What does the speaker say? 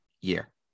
year